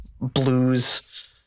blues